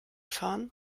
fahren